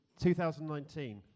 2019